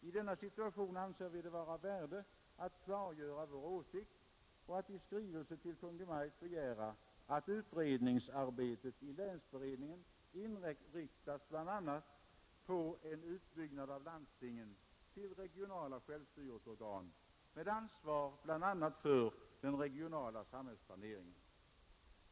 I denna situation anser vi det vara av värde att klargöra vår åsikt och att i skrivelse till Kungl. Maj:t begära att utredningsarbetet i länsberedningen inriktas bl.a. på en utbyggnad av landstingen till regionala självstyrelseorgan med ansvar även för den regionala samhällsplaneringen.